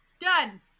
Done